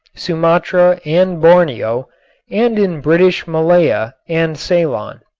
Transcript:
sumatra and borneo and in british malaya and ceylon.